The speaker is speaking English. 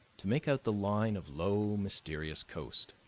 to make out the line of low, mysterious coast.